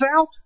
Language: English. out